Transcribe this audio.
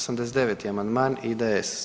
89. amandman IDS.